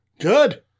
Good